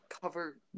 cover